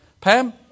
Pam